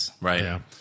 Right